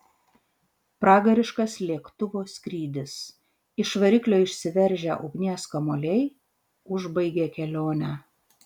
pragariškas lėktuvo skrydis iš variklio išsiveržę ugnies kamuoliai užbaigė kelionę